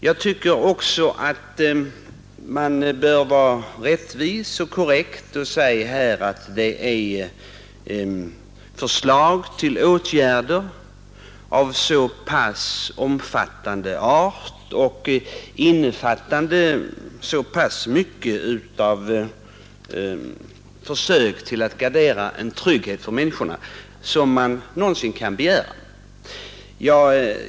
Jag tycker att man här bör vara rättvis och korrekt och säga att de förslag till åtgärder som framkommit är av så pass omfattande art och innehåller så mycket av försök att gardera människornas trygghet som man någonsin kan begära.